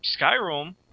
Skyrim